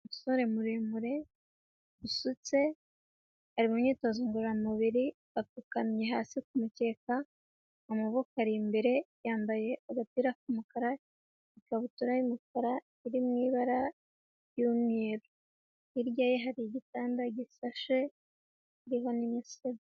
Umusore muremure usutse, ari mu myitozo ngororamubiri, apfukamye hasi ku mukeka, amaboko ari imbere, yambaye agapira k'umukara n' ikabutura y'umukara iri mu ibara ry'umweru, hirya ye hari igitanda gisashe kiriho n'imisego.